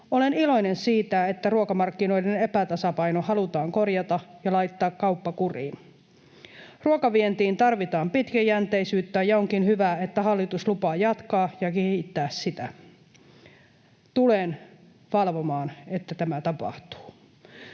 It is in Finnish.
Olen iloinen siitä, että ruokamarkkinoiden epätasapaino halutaan korjata ja laittaa kauppa kuriin. Ruokavientiin tarvitaan pitkäjänteisyyttä, ja onkin hyvä, että hallitus lupaa jatkaa ja kehittää sitä. Tulen valvomaan, että tämä tapahtuu.